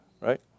right